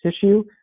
tissue